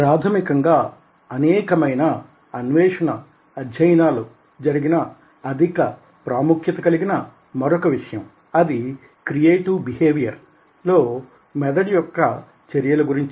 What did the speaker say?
ప్రాథమికంగా అనేకమైన అన్వేషణ అధ్యయనాలు జరిగిన అధిక ప్రాముఖ్యత కలిగిన మరొక విషయం అది క్రియేటివ్ బిహేవియర్ లో మెదడు యొక్క చర్యలు గురించి